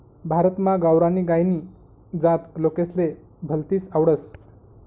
भारतमा गावरानी गायनी जात लोकेसले भलतीस आवडस